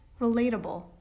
relatable